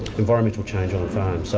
environmental change on the farm. so